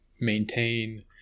maintain